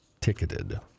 ticketed